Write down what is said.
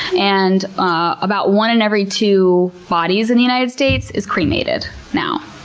and about one in every two bodies in the united states is cremated now.